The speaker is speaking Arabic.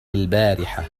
البارحة